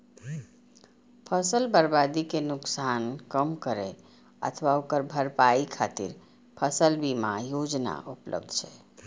फसल बर्बादी के नुकसान कम करै अथवा ओकर भरपाई खातिर फसल बीमा योजना उपलब्ध छै